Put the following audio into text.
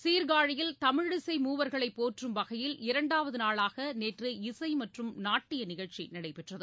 சீர்காழியில் தமிழிசை மூவர்களை போற்றும் வகையில் இரண்டாவது நாளாக நேற்று இசை மற்றும் நாட்டிய நிகழ்ச்சி நடைபெற்றது